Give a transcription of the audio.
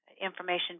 information